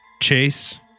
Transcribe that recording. Chase